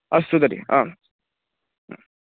अस्तु तर्हि आम्